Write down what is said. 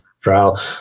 trial